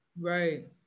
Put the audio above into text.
Right